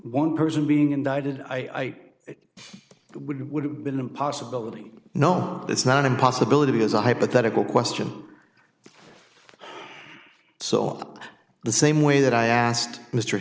one person being indicted i would would have been a possibility no that's not a possibility as a hypothetical question so the same way that i asked mr